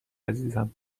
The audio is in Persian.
عزیزم